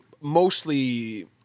mostly